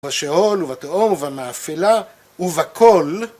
בשאול ובתהום ובמאפילה ובכל